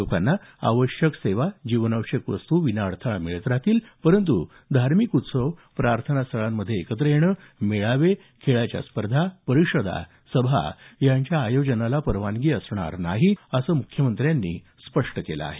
लोकांना अत्यावश्यक सेवा जीवनावश्यक वस्तू विना अडथळा मिळत राहतील पण धार्मिक उत्सव प्रार्थनास्थळांमध्ये एकत्र येणं मेळावे खेळाच्या स्पर्धा परिषदा सभा यांच्या आयोजनाला परवानगी असणार नाही असं मुख्यमंत्र्यांनी स्पष्ट केलं आहे